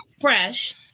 fresh